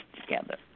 together